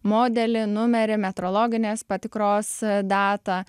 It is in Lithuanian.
modelį numerį metrologinės patikros datą